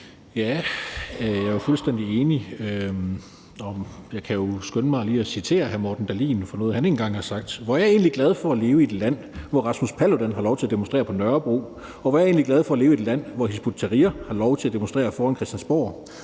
Jeg er fuldstændig enig. Jeg kan jo skynde mig lige at citere kirkeministeren for noget, han engang har sagt: »Hvor er jeg egentlig glad for at leve i et land hvor Rasmus Paludan har lov til at demonstrere på Nørrebro. Hvor er jeg egentlig glad for at leve i et land hvor Hizb ut tahrir har lov til at demonstrere foran Christiansborg.